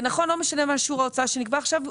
זה לא משנה מהו שיעור ההוצאה שנקבע עכשיו;